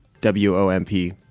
W-O-M-P